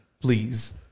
Please